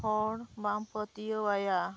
ᱦᱚᱲ ᱵᱟᱢ ᱯᱟᱹᱛᱭᱟᱹᱣᱟᱭᱟ